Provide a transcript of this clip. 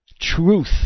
truth